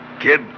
Kid